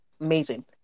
amazing